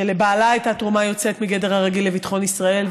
שלבעלה הייתה תרומה יוצאת מגדר הרגיל לביטחון ישראל,